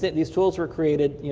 these tools were created yeah